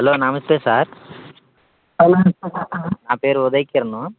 hello namaste sir నా పేరు ఉదయకిరణు